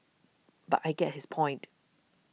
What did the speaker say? but I get his point